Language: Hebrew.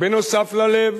נוסף על הלב,